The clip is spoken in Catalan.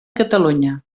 catalunya